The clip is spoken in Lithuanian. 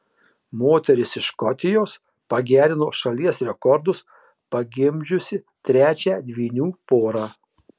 moteris iš škotijos pagerino šalies rekordus pagimdžiusi trečią dvynių porą